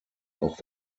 auch